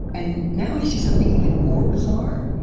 and now i see something even more bizarre,